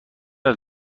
است